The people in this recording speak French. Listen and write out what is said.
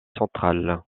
central